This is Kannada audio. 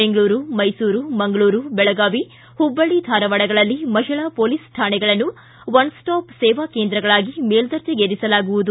ಬೆಂಗಳೂರು ಮೈಸೂರು ಮಂಗಳೂರು ಬೆಳಗಾವಿ ಹುಬ್ಬಳ್ಳಿ ಧಾರವಾಡಗಳಲ್ಲಿ ಮಹಿಳಾ ಪೊಲೀಸ್ ಶಾಣೆಗಳನ್ನು ಒನ್ ಸ್ಟಾಪ್ ಸೇವಾ ಕೇಂದ್ರಗಳಾಗಿ ಮೇಲ್ದರ್ಜೆಗೇರಿಸಲಾಗುವುದು